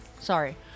Sorry